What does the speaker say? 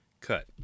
cut